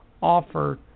offer